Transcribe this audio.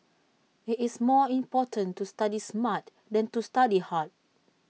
IT is more important to study smart than to study hard